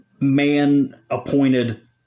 man-appointed